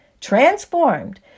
transformed